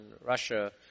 Russia